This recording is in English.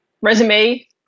resume